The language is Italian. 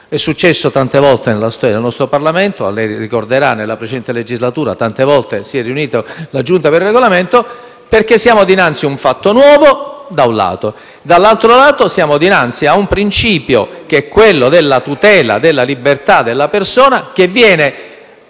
È successo tante volte nella storia del nostro Parlamento, lei ricorderà che nella precedente legislatura si è riunita molte volte la Giunta per il Regolamento. Questo perché siamo dinanzi ad un fatto nuovo da un lato e, dall'altro lato, siamo dinanzi a un principio, che è quello della tutela della libertà della persona, che viene